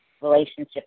relationship